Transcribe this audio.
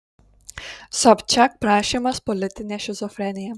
sobčiak prašymas politinė šizofrenija